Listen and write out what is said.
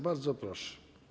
Bardzo proszę.